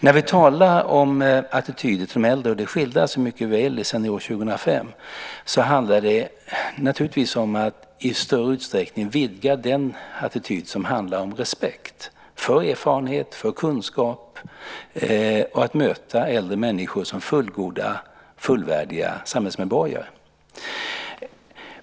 När vi talar om attityder till äldre - och det skildras mycket väl av Senior 2005 - handlar det naturligtvis om att i större utsträckning vidga den attityd som handlar om respekt för erfarenhet och för kunskap och att möta äldre människor som fullgoda, fullvärdiga samhällsmedborgare.